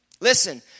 Listen